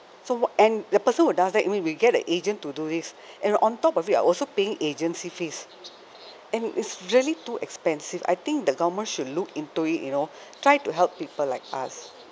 so and the person what does that I mean we get a agent to do this and on top of it I also being agency fees and it's really too expensive I think the government should look into it you know try to help people like us